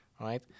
right